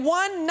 one